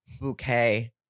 bouquet